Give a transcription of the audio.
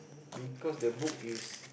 because the book is